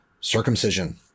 circumcision